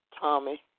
Tommy